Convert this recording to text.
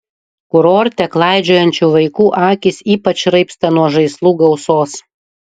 kurorte klaidžiojančių vaikų akys ypač raibsta nuo žaislų gausos